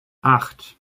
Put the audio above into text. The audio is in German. acht